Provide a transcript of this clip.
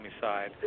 side